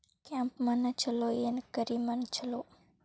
ಕೆಂಪ ಮಣ್ಣ ಛಲೋ ಏನ್ ಕರಿ ಮಣ್ಣ ಛಲೋ?